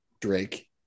Drake